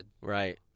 Right